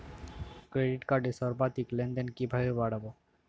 Credit কার্ডের সর্বাধিক লেনদেন কিভাবে বাড়াবো?